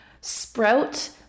sprout